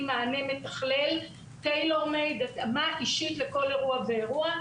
מענה מתכלל בהתאמה אישית לכל אירוע ואירוע.